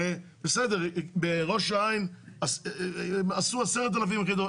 הרי בסדר, בראש העין עשו 10,000 יחידות.